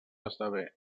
esdevé